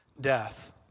death